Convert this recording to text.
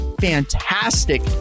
fantastic